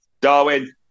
Darwin